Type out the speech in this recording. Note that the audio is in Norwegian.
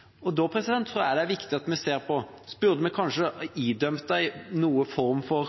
fri. Da tror jeg det er viktig at vi ser på om vi kanskje burde idømt dem noen form for